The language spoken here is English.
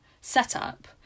setup